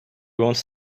wants